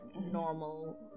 normal